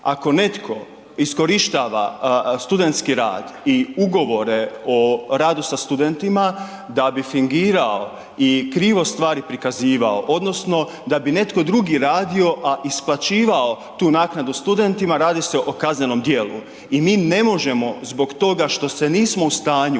Ako netko iskorištava studentski rad i Ugovore o radu sa studentima da bi fingirao i krivo stvari prikazivao odnosno da bi netko drugi radio, a isplaćivao tu naknadu studentima, radi se o kaznenom dijelu i mi ne možemo zbog toga što se nismo u stanju